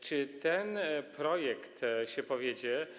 Czy ten projekt się powiedzie?